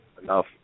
enough